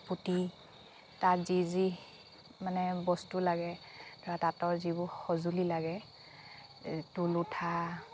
পুতি তাত যি যি মানে বস্তু লাগে ধৰা তাঁতৰ যিবোৰ সজুঁলি লাগে তুলুঠা